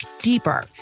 deeper